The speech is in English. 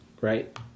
right